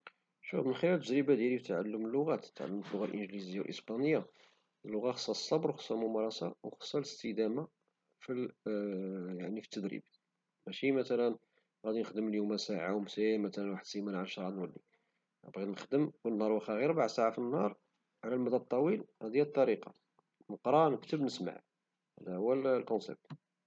شوف من خلال التجربة ديال في تعلم اللغات تعلمت اللغة الانجليزية والاسبانية لغات خاصهم الصبر وخاصهم وخصها الممارسة وخصها الاستدامة يعني في التدريب ماشي مثلا غادي نخدم اليوما ساعة ونمشي واحد السيمانة نرجع اللور باغي نخدم نضرب وخا غير ربع ساعة فالنهار على المدى الطويل هادي هي الطريقة نقرا نكتب نسمع هدا هو الكونسيبط